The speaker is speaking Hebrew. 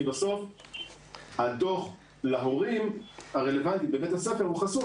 בסוף הדוח הרלוונטי להורים בבית הספר הוא חשוף,